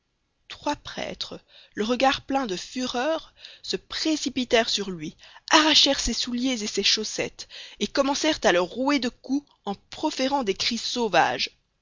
trois prêtres le regard plein de fureur se précipitèrent sur lui arrachèrent ses souliers et ses chaussettes et commencèrent à le rouer de coups en proférant des cris sauvages